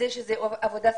עבודה סוציאלית.